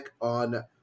on